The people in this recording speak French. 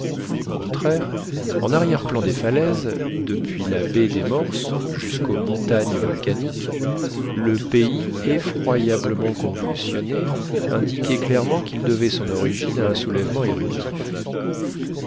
au contraire en arrièreplan des falaises depuis la baie des morses jusqu'aux montagnes volcaniques le pays effroyablement convulsionné indiquait clairement qu'il devait son origine à un soulèvement éruptif